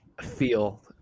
feel